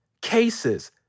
cases